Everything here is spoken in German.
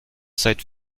seit